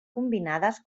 combinades